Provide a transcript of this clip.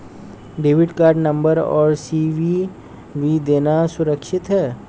Debit card number और CVV देना सुरक्षित है?